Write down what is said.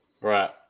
Right